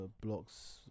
blocks